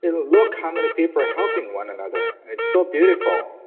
look how many people are helping one another, and it's so beautiful.